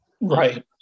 Right